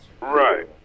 Right